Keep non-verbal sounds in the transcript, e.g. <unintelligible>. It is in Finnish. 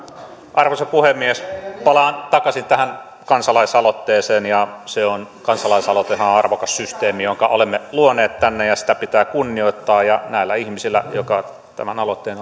arvoisa puhemies palaan takaisin tähän kansalaisaloitteeseen kansalaisaloitehan on arvokas systeemi jonka olemme luoneet tänne ja sitä pitää kunnioittaa ja näillä ihmisillä jotka tämän aloitteen <unintelligible>